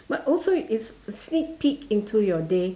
but also is sneak peek into your day